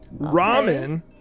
ramen